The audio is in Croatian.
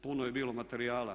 Puno je bilo materijala.